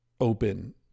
open